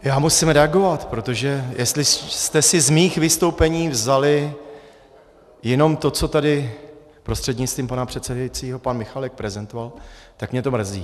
Já musím reagovat, protože jestli jste si z mých vystoupení vzali jenom to, co tady prostřednictvím pana předsedajícího pan Michálek prezentoval, tak mě to mrzí.